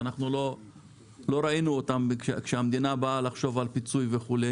שאנחנו לא ראינו אותם כשהמדינה באה לחשוב על פיצוי וכולי.